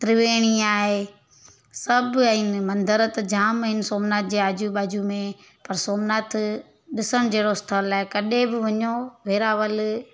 त्रिवेणी आहे सभु आहिनि मंदर त जाम आहिनि सोमनाथ जे आजू बाजू में पर सोमनाथ ॾिसणु जहिड़ो स्थल आहे कॾहिं बि वञो हेरावल